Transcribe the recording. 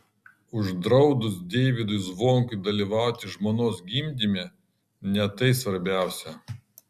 uždraudus deivydui zvonkui dalyvauti žmonos gimdyme ne tai svarbiausia